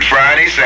Friday